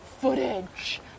footage